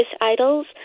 idols